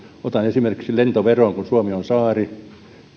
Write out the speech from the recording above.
otan esimerkiksi lentoveron suomi on saari